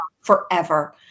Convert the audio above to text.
forever